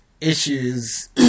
issues